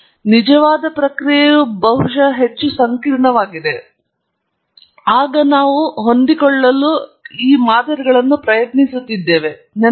ನಿಜವಾದ ಪ್ರಕ್ರಿಯೆಯು ಬಹುಶಃ ಹೆಚ್ಚು ಸಂಕೀರ್ಣವಾಗಿದೆ ಆಗ ನಾವು ಹೊಂದಿಕೊಳ್ಳಲು ಪ್ರಯತ್ನಿಸುತ್ತಿರುವ ಮಾದರಿಗಳು ನೆನಪಿಡಿ